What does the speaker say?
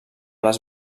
les